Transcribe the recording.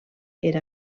era